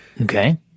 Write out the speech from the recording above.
Okay